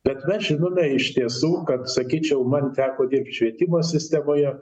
bet mes žinome iš tiesų kad sakyčiau man teko dirbt švietimo sistemoje